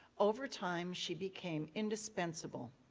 over time, she became indispensable,